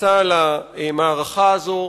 נכנסה למערכה הזאת.